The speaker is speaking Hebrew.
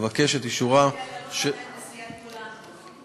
אבקש אישורה של הכנסת להודעה זו.